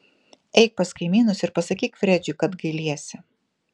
eik pas kaimynus ir pasakyk fredžiui kad gailiesi